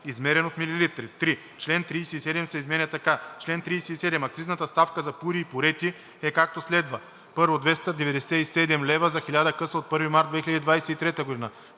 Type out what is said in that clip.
измерено в милилитри.“ 3. Член 37 се изменя така: „Чл. 37. Акцизната ставка за пури и пурети е, както следва: 1. 297 лв. за 1000 къса от 1 март 2023 г.; 2.